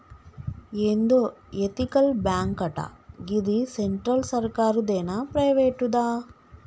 ఏందో ఎతికల్ బాంకటా, గిది సెంట్రల్ సర్కారుదేనా, ప్రైవేటుదా